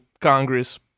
Congress